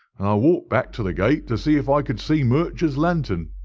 and i walked back to the gate to see if i could see murcher's lantern,